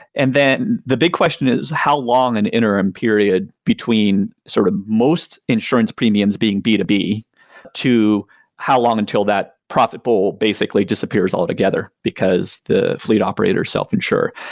and then the big question is how long an interim period between sort of most insurance premiums being b two b to how long until that profitable basically disappears altogether, because the fleet operator self-insure?